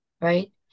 right